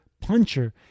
puncher